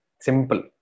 Simple